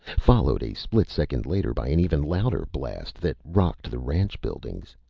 followed a split second later by an even louder blast that rocked the ranch buildings.